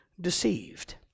deceived